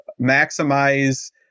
maximize